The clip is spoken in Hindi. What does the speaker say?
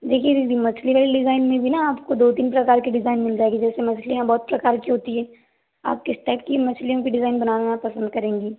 देखिए दीदी मछली वाली डिज़ाइन में भी न आपको दो तीन प्रकार की डिज़ाइन मिल जाएगी जैसे मछलीयाँ बहुत प्रकार की होती हैं आप किस टाइप की मछलियों की डिज़ाइन बनाना पसंद करेंगी